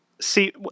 See